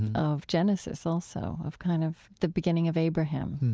of genesis, also, of kind of the beginning of abraham,